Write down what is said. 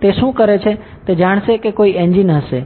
તે શું કરે છે તે જાણશે કે કોઈ એન્જિન હશે